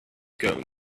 going